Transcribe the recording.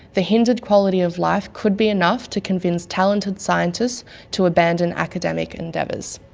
the hindered quality of life could be enough to convince talented scientists to abandon academic endeavours.